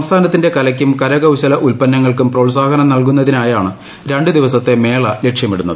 സംസ്ഥാന ത്തിന്റെ കലയ്ക്കും കരകൌശല ഉല്പന്നങ്ങൾക്കും പ്രോത്സാഹനം നൽകുന്നതിനായാണ് രണ്ട് ദിവസത്തെ മേള ലക്ഷ്യമിടുന്നത്